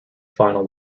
final